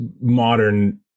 modern